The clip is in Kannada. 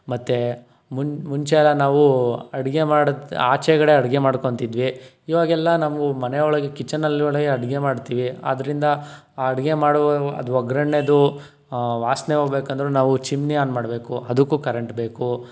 ಮತ್ತು ಮುನ್ನ ಮುಂಚೆಯೆಲ್ಲ ನಾವು ಅಡುಗೆ ಮಾಡಿ ಆಚೆಕಡೆ ಅಡುಗೆ ಮಾಡ್ಕೊಂತಿದ್ವಿ ಇವಾಗೆಲ್ಲ ನಾವು ಮನೆಯೊಳಗೆ ಕಿಚನಲ್ಲಿ ಒಳಗೆ ಅಡುಗೆ ಮಾಡ್ತೀವಿ ಆದ್ದರಿಂದ ಅಡುಗೆ ಮಾಡುವ ಅದು ಒಗ್ಗರಣೆದು ವಾಸನೆ ಹೋಗಬೇಕಂದ್ರೂ ನಾವು ಚಿಮ್ನಿ ಆನ್ ಮಾಡಬೇಕು ಅದಕ್ಕೂ ಕರೆಂಟ್ ಬೇಕು